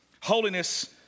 Holiness